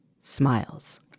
smiles